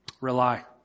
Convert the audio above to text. rely